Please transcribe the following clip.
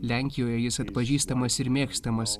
lenkijoje jis atpažįstamas ir mėgstamas